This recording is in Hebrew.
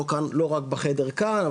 לא רק בחדר כאן,